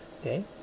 okay